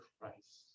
Christ